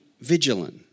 vigilant